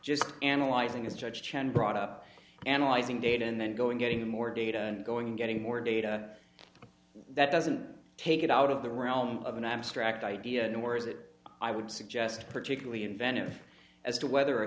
just analyzing as judge chan brought up analyzing data and then going getting more data and going and getting more data that doesn't take it out of the realm of an abstract idea nor is it i would suggest particularly inventive as to whether a